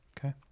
Okay